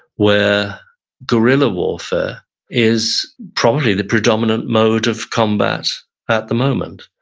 where guerilla warfare is probably the predominant mode of combat at the moment.